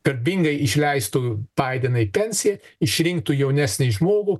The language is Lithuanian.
garbingai išleistų baideną į pensiją išrinktų jaunesnį žmogų